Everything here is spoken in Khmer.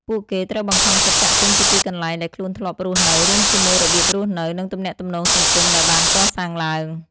ពួកគេត្រូវបង្ខំចិត្តចាកចេញពីទីកន្លែងដែលខ្លួនធ្លាប់រស់នៅ រួមជាមួយរបៀបរស់នៅ និងទំនាក់ទំនងសង្គមដែលបានកសាងឡើង។